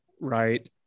right